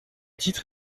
titre